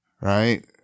right